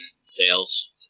sales